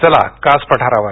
चला कास पठारावर